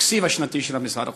שבתקציב השנתי של משרד החוץ,